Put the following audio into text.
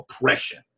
oppression